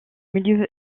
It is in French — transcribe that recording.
milieux